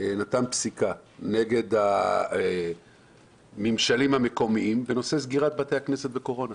נתן פסיקה נגד הממשלים המקומיים בנושא סגירת בתי הכנסת בתקופת הקורונה.